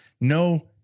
no